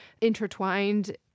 intertwined